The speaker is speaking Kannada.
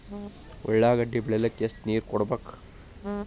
ಉಳ್ಳಾಗಡ್ಡಿ ಬೆಳಿಲಿಕ್ಕೆ ಎಷ್ಟು ನೇರ ಕೊಡಬೇಕು?